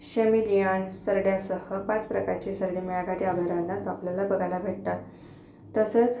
chameleon सरड्यासह पाच प्रकारचे सरडे मेळघाट या अभयारण्यात आपल्याला बघायला भेटतात तसंच